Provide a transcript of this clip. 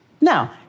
Now